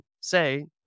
say